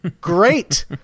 Great